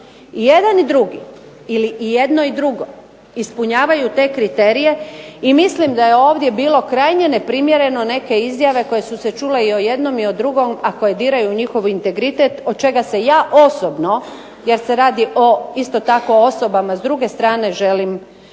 I jedan i drugi ili i jedno i drugo ispunjavaju te kriterije i mislim da je ovdje bilo krajnje neprimjereno neke izjave koje su se čule i o jednom i o drugom, a koje diraju njihov integritet, od čega se ja osobno jer se radi o isto tako osobama s druge strane želimo graditi.